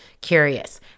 curious